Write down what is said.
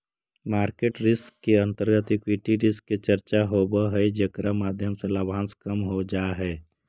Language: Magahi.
मार्केट रिस्क के अंतर्गत इक्विटी रिस्क के चर्चा होवऽ हई जेकरा माध्यम से लाभांश कम हो जा हई